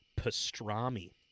pastrami